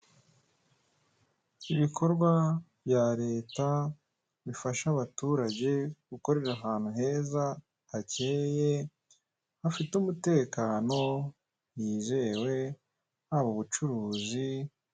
Ibikorwa bya leta bifasha abaturage gukorera ahantu heza, hakeye hafite umutekano, hizewe haba ubucuruzi.